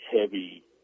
heavy